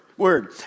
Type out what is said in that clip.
Word